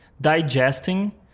digesting